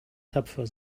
tapfer